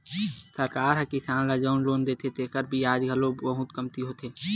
सरकार ह किसान ल जउन लोन देथे तेखर बियाज घलो बहुते कमती होथे